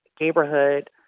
neighborhood